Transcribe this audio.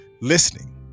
listening